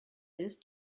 ist